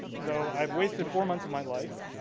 so i've wasted four months of my life,